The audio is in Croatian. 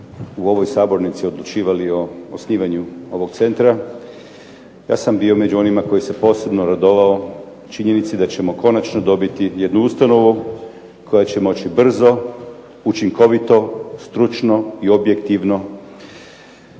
u ovoj Sabornici odlučivali o osnivanju ovog centra ja sam bio među onima koji se posebno radovao činjenici da ćemo konačno dobiti jednu ustanovu koja će moći brzo, učinkovito, stručno i objektivno